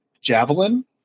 javelin